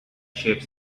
shapes